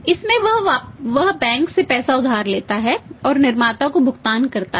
इसमें वह बैंक से पैसा उधार लेता है और निर्माता को भुगतान करता है